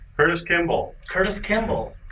curtis kimball. curtis kimball.